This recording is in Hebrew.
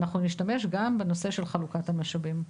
אנחנו נשתמש גם בנושא של חלוקת המשאבים.